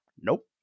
nope